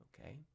okay